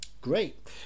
Great